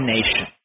Nation